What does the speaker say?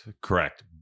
correct